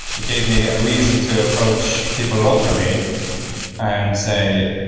it gave me a reason to approach people locally and say,